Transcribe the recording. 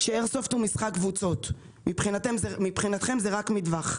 שאיירסופט הוא משחק קבוצות, מבחינתכם זה רק מטווח.